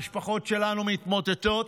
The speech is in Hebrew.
המשפחות שלנו מתמוטטות,